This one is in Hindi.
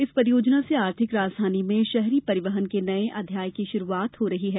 इस परियोजना से आर्थिक राजधानी में शहरी परिवहन के नए अध्याय की शुरूआत हो रही है